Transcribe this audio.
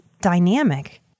dynamic